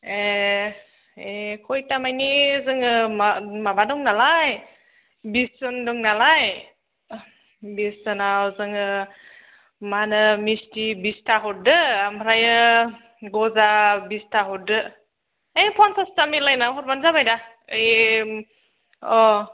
ए ए खैथा मानि जोङो माबा दं नालाय बिसजोन दं नालाय बिसजोनाव जोङो मा होनो मिस्थि बिसथा हरदो ओमफ्राय गजा बिसथा हरदो है फनसासथा मिलायना हरबानो जाबाय दा ओइ अ